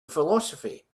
philosophy